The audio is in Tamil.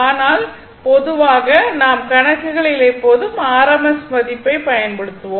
ஆனால் பொதுவாக நாம் கணக்குகளில் எப்போதும் rms மதிப்பைப் பயன்படுத்துவோம்